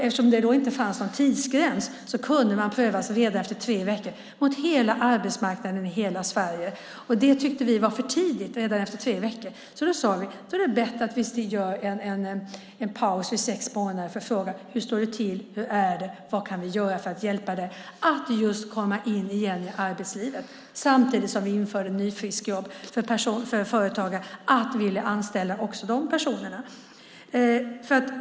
Eftersom det då inte fanns någon tidsgräns kunde man prövas redan efter tre veckor mot hela arbetsmarknaden i hela Sverige. Det tyckte vi var för tidigt. Vi sade att det är bättre att vi gör en paus efter sex månader för att fråga hur det står till, hur det är och vad vi kan göra för att hjälpa personen att komma in i arbetslivet. Samtidigt införde vi nyfriskjobb för att företagare skulle vilja anställa också de personerna.